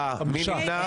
נגד,